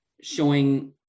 showing